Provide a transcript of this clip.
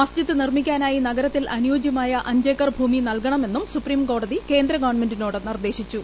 മസ്ജിദ് നിർമ്മിക്കാനായി നഗരത്തിൽ അനുയോജ്യമായ അഞ്ച് ഏക്കർ ഭൂമി നൽകണമെന്നും സൂപ്രീംകോടതി കേന്ദ്ര ഗവൺമെന്റിനോട് നിർദ്ദേശിച്ചു